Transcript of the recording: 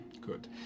Good